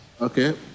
Okay